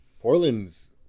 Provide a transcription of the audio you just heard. Portland's